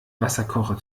wasserkocher